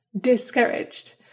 discouraged